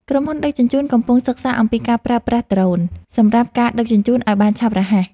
ក្រុមហ៊ុនដឹកជញ្ជូន កំពុងសិក្សាអំពីការប្រើប្រាស់ដ្រូន សម្រាប់ការដឹកជញ្ជូនឱ្យបានឆាប់រហ័ស។